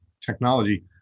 technology